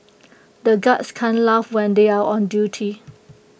the guards can't laugh when they are on duty